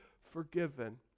forgiven